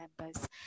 members